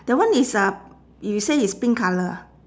that one is uh you say it's pink colour ah